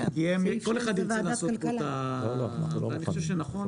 כי כל אחד ירצה לעשות פה את ה אני חושב שנכון,